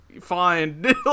fine